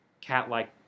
cat-like